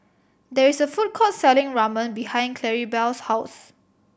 there is a food court selling Ramen behind Claribel's house